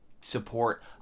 support